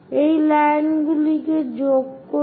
এই লাইনগুলি কে যোগ করি